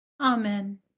Amen